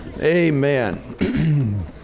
Amen